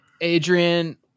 adrian